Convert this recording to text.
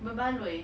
berbaloi